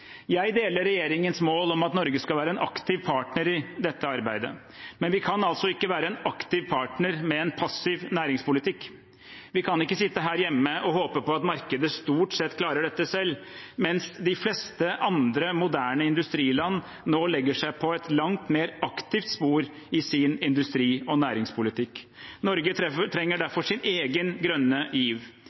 Jeg deler regjeringens mål om at Norge skal være en aktiv partner i dette arbeidet, men vi kan ikke være en aktiv partner med en passiv næringspolitikk. Vi kan ikke sitte her hjemme og håpe på at markedet stort sett klarer dette selv, mens de fleste andre moderne industriland nå legger seg på et langt mer aktivt spor i sin industri- og næringspolitikk. Norge trenger derfor sin egen grønne giv.